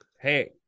hey